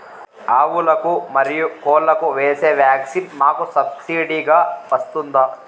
ఆవులకు, మరియు కోళ్లకు వేసే వ్యాక్సిన్ మాకు సబ్సిడి గా వస్తుందా?